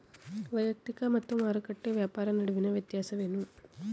ವೈಯಕ್ತಿಕ ಮತ್ತು ಮಾರುಕಟ್ಟೆ ವ್ಯಾಪಾರ ನಡುವಿನ ವ್ಯತ್ಯಾಸವೇನು?